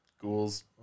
ghouls